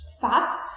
fat